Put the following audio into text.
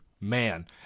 man